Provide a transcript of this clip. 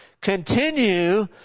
continue